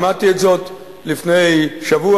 שמעתי את זאת לפני שבוע,